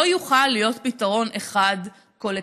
לא יוכל להיות פתרון אחד קולקטיבי,